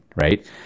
right